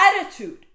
attitude